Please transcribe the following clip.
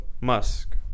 Musk